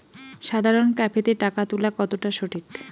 সাধারণ ক্যাফেতে টাকা তুলা কতটা সঠিক?